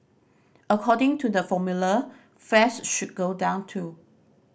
according to the formula fares should go down too